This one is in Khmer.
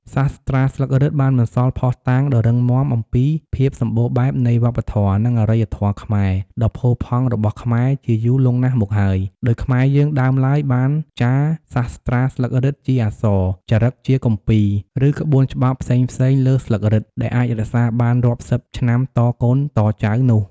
សាស្ត្រាស្លឹករឹត បានបន្សល់ភស្តុតាងដ៏រឹងមាំអំពីភាពសម្បូរបែបនៃវប្បធម៌ និងអរិយធម៌ខ្មែរដ៏់ផូរផង់របស់ខ្មែរជាយូរលង់ណាស់មកហើយ ដោយខ្មែរយើងដើមឡើយបានចារសាស្ត្រាស្លឹករឹតជាអក្សរ ចារឹកជាគម្ពីរ ឬក្បួនច្បាប់ផ្សេងៗលើស្លឹករឹត ដែលអាចរក្សាបានរាប់សិបឆ្នាំតកូនតចៅនោះ ។